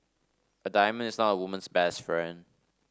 a diamond is not a woman's best friend